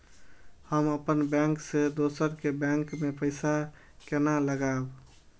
हम अपन बैंक से दोसर के बैंक में पैसा केना लगाव?